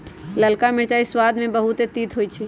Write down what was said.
ललका मिरचाइ सबाद में बहुते तित होइ छइ